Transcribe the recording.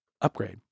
upgrade